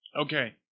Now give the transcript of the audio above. Okay